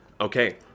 Okay